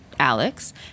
Alex